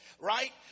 right